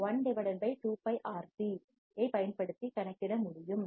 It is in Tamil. சி fc 12 Π RC ஐப் பயன்படுத்தி கணக்கிட முடியும்